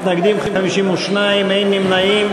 מתנגדים, 52, אין נמנעים.